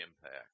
Impact